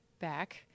back